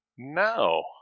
No